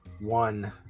one